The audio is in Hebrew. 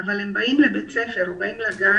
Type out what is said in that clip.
אבל כשהם באים לבית הספר או לגן,